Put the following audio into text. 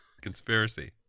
Conspiracy